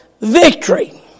victory